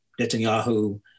Netanyahu